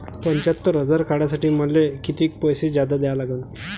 पंच्यात्तर हजार काढासाठी मले कितीक पैसे जादा द्या लागन?